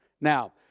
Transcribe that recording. Now